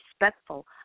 respectful